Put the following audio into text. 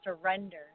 surrender